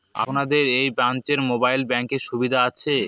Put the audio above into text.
আপনাদের এই ব্রাঞ্চে মোবাইল ব্যাংকের সুবিধে আছে?